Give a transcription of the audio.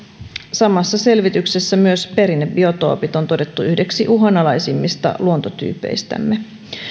samassa selvityksessä myös perinnebiotoopit on todettu yhdeksi uhanalaisimmista luontotyypeistämme